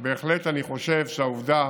אני בהחלט חושב שהעובדה